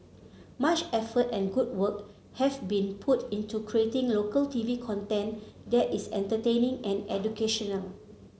much effort and good work have been put into creating local T V content that is entertaining and educational